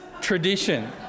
tradition